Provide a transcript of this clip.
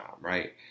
right